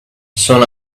soon